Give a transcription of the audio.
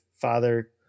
father